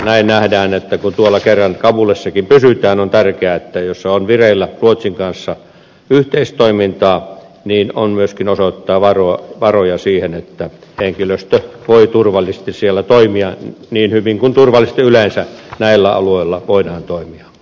näin nähdään että kun kerran tuolla kabulissakin pysytään missä on vireillä ruotsin kanssa yhteistoimintaa niin on myöskin tärkeää osoittaa varoja siihen että henkilöstö voi turvallisesti siellä toimia niin turvallisesti kuin yleensä näillä alueilla voidaan toimia